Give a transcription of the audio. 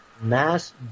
mass